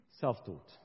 Self-taught